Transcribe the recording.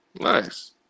nice